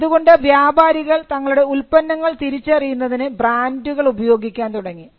അതുകൊണ്ട് വ്യാപാരികൾ തങ്ങളുടെ ഉൽപ്പന്നങ്ങൾ തിരിച്ചറിയുന്നതിന് ബ്രാൻഡുകൾ ഉപയോഗിക്കാൻ തുടങ്ങി